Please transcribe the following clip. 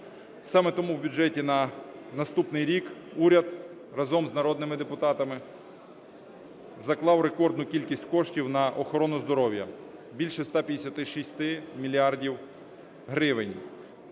Саме тому в бюджеті на наступний рік уряд разом з народними депутатами заклав рекордну кількість коштів на охорону здоров'я – більше 156 мільярдів гривень.